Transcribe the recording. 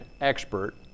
expert